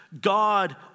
God